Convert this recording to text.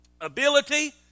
ability